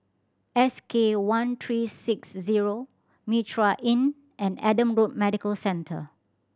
S K one three six zero Mitraa Inn and Adam Road Medical Centre